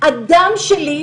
הדם שלי,